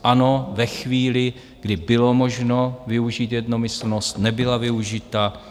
Ano, ve chvíli, kdy bylo možno využít jednomyslnost, nebyla využita.